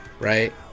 Right